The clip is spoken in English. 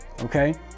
Okay